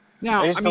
Now